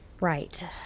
Right